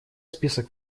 список